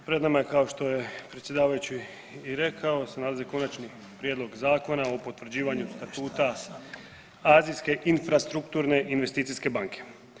Pred nama je kao što je predsjedavajući i rekao se nalazi Konačni prijedlog zakona o potvrđivanju Statuta azijske infrastrukturne investicijske banke.